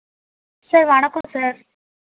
sir வணக்கம் sir